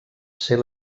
ser